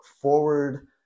forward